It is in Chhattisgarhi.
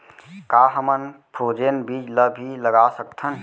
का हमन फ्रोजेन बीज ला भी लगा सकथन?